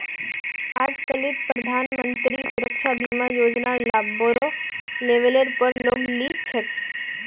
आजकालित प्रधानमंत्री सुरक्षा बीमा योजनार लाभ बोरो लेवलेर पर लोग ली छेक